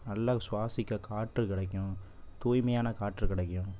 நல்ல சுவாசிக்க காற்று கிடைக்கும் தூய்மையான காற்று கிடைக்கும்